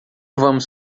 vamos